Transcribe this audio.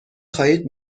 خواهید